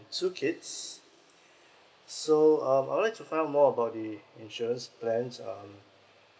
two kids so um I'd like to find out more about the insurance plans um